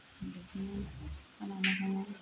बिदिनो खालामो जोङो